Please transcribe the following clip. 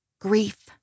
Grief